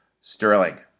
Sterling